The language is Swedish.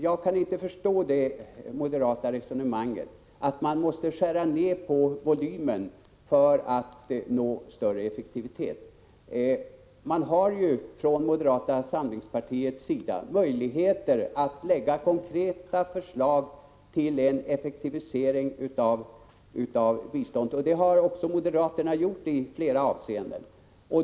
Jag kan inte förstå det moderata resonemanget, att man måste skära ned på volymen för att nå större effektivitet. Man har ju från moderata samlingspartiets sida möjligheter att lägga fram konkreta förslag till en effektivisering av biståndet. Moderaterna har gjort det i flera avseenden.